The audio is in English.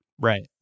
Right